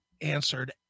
answered